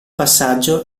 passaggio